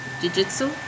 jiu-jitsu